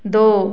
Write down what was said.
दो